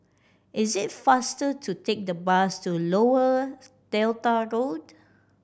is it faster to take the bus to Lower Delta Gold